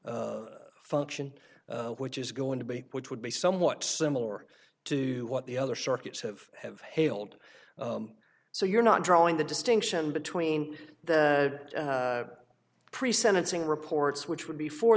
function which is going to be which would be somewhat similar to what the other circuits have have haled so you're not drawing the distinction between the pre sentencing reports which would be for